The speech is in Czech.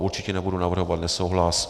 Určitě nebudu navrhovat nesouhlas.